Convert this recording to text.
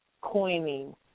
coining